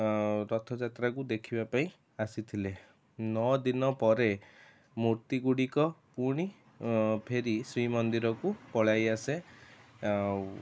ଅ ରଥଯାତ୍ରାକୁ ଦେଖିବା ପାଇଁ ଆସିଥିଲେ ନଅଦିନ ପରେ ମୂର୍ତ୍ତି ଗୁଡ଼ିକ ପୁଣି ଫେରି ଶ୍ରୀମନ୍ଦିରକୁ ପଳାଇଆସେ ଆଉ